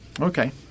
Okay